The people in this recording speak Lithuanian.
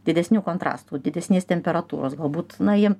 didesnių kontrastų didesnės temperatūros galbūt na jiem